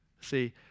See